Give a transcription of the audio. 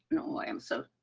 no, i am so